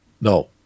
No